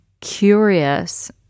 curious